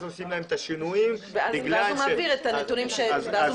עושים להם את השינויים בגלל --- ואז הוא מעביר את הנתונים --- אז הם